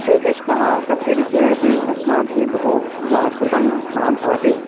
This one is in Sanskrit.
श्रीकृष्णः तस्य विषये अपि अस्माभिः बहु श्रुतं भवति